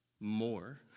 More